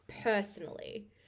personally